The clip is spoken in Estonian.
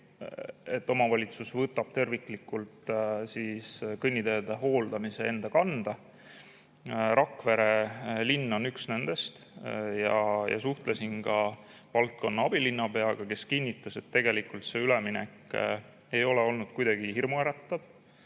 et omavalitsus võtab terviklikult kõnniteede hooldamise enda kanda. Rakvere linn on üks nendest. Ma suhtlesin sealse valdkonna abilinnapeaga, kes kinnitas, et tegelikult see üleminek ei ole olnud kuidagi hirmuäratav.